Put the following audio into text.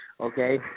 Okay